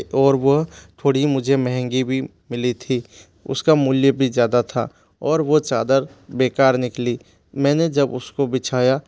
और वो थोड़ी मुझे महंगी भी मिली थी उसका मूल्य भी ज़्यादा था और वो चादर बेकार निकली मैंने जब उसको बिछाया